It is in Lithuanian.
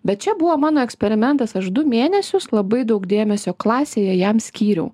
bet čia buvo mano eksperimentas aš du mėnesius labai daug dėmesio klasėje jam skyriau